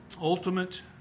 Ultimate